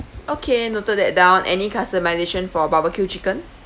okay noted that down any customisation for barbecue chicken